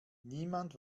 niemand